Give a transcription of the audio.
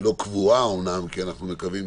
היא אומנם לא קבועה כי אנחנו מקווים